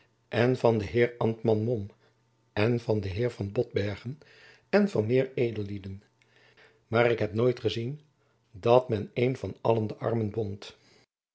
en van den jacob van lennep elizabeth musch heer ambtman mom en van den heer van botbergen en van meer edellioden maar ik heb nooit gezien dat men een van allen de armen bond